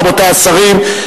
רבותי השרים,